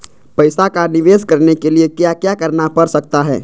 पैसा का निवेस करने के लिए क्या क्या करना पड़ सकता है?